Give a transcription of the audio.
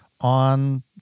on